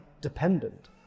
dependent